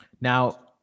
Now